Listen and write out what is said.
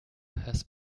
has